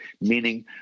meaning